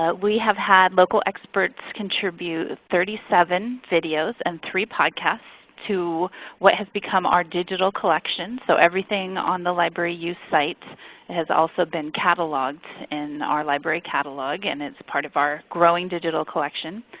but we have had local experts contribute thirty seven videos and three podcasts to what has become our digital collection. so everything on the libraryyou site has also been cataloged in our library catalog and it's part of our growing digital collection.